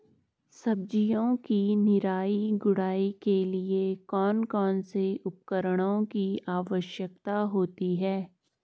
सब्जियों की निराई गुड़ाई के लिए कौन कौन से उपकरणों की आवश्यकता होती है?